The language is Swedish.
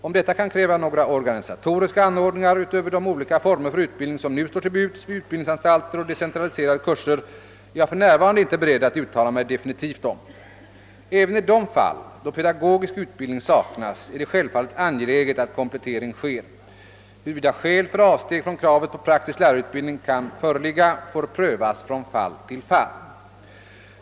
Om detta kan kräva några organisatoriska anordningar utöver de olika former för utbildning, som nu står till buds vid utbildningsanstalter och decentraliserade kurser, är jag för närvarande inte beredd att uttala mig definitivt om. Även i de fall då pedagogisk utbildning saknas är det självfallet angeläget att komplettering sker. Huruvida skäl för avsteg från kravet på praktisk lärarutbildning kan föreligga får prövas från fall till fall.